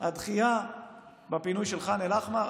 הדחייה בפינוי של ח'אן אל-אחמר.